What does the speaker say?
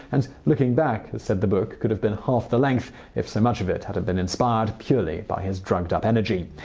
and looking back has said the book could have been half the length if so much of it hadn't been inspired purely by his drugged-up energy.